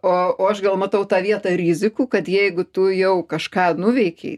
o o aš gal matau tą vietą rizikų kad jeigu tu jau kažką nuveikei